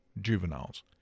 juveniles